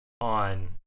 on